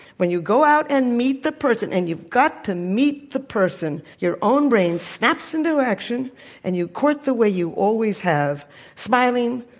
when you go out and meet the person and you've got to meet the person your own brain snaps into action and you court the way you always have smiling,